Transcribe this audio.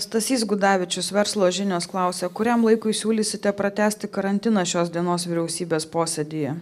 stasys gudavičius verslo žinios klausia kuriam laikui siūlysite pratęsti karantiną šios dienos vyriausybės posėdyje